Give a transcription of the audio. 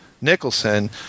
Nicholson